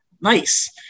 Nice